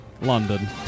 London